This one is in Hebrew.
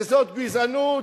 וזאת גזענות,